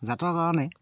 জাতৰ কাৰণে